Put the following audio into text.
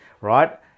right